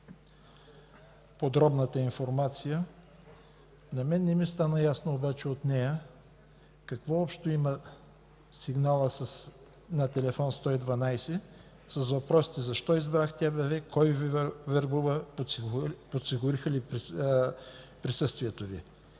подробната информация. На мен не ми стана ясно обаче от нея какво общо има сигналът на Телефон 112 с въпросите: защо избрахте АБВ, кой Ви вербува, подсигуриха ли присъствието Ви?